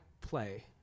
play